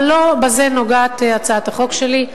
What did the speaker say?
אבל לא בזה עוסקת הצעת החוק שלי,